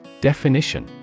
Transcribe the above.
Definition